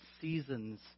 seasons